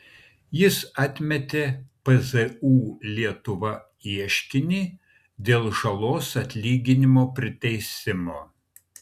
jis atmetė pzu lietuva ieškinį dėl žalos atlyginimo priteisimo